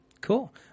Cool